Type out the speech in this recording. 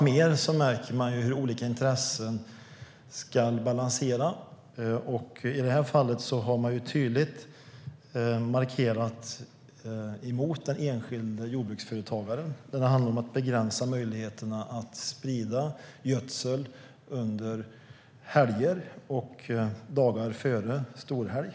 Man märker alltmer hur olika intressen ska balanseras, och i det här fallet har man tydligt markerat emot den enskilde jordbruksföretagaren när det handlar om att begränsa möjligheterna att sprida gödsel under helger och dagar före storhelg.